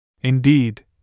Indeed